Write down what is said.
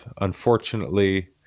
unfortunately